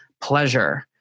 pleasure